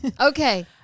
Okay